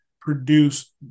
produce